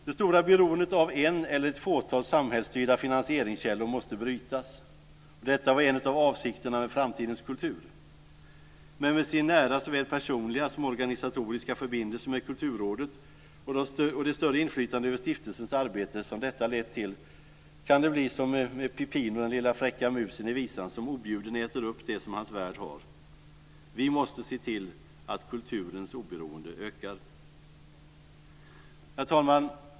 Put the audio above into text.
Det stora beroendet av en eller ett fåtal samhällsstyrda finansieringskällor måste brytas. Detta var en av avsikterna med Framtidens kultur, men med sin nära såväl personliga som organisatoriska förbindelse med Kulturrådet och det större inflytande över stiftelsens arbete som detta lett till, kan det bli som med Pepino, den lilla fräcka musen i visan, som objuden äter upp det som hans värd har. Vi måste se till att kulturens oberoende ökar. Herr talman!